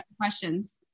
questions